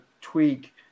tweak